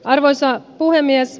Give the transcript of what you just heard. arvoisa puhemies